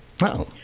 Wow